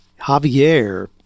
Javier